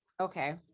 Okay